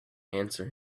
answer